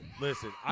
Listen